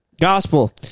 gospel